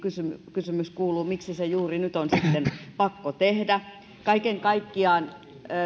kysymys kuuluu miksi se juuri nyt on sitten pakko tehdä kaiken kaikkiaan